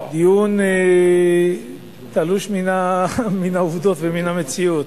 הדיון תלוש מן העובדות ומן המציאות.